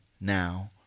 now